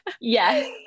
Yes